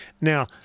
Now